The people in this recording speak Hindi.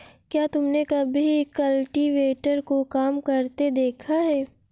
क्या तुमने कभी कल्टीवेटर को काम करते देखा है?